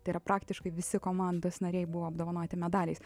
tai yra praktiškai visi komandos nariai buvo apdovanoti medaliais